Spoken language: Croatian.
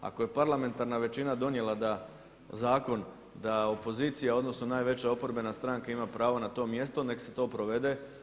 Ako je parlamentarna većina donijela da zakon da opozicija, odnosno najveća oporbena stranka ima pravo na to mjesto nek' se to provede.